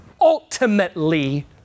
ultimately